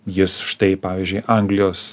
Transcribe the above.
jis štai pavyzdžiui anglijos